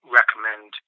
recommend